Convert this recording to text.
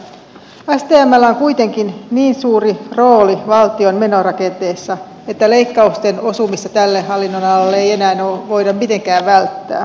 stmllä on kuitenkin niin suuri rooli valtion menorakenteessa että leikkausten osumista tälle hallinnonalalle ei enää voida mitenkään välttää